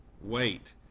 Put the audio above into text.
wait